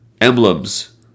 emblems